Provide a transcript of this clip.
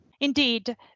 Indeed